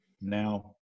Now